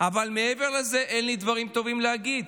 אבל מעבר לזה אין לי דברים טובים להגיד.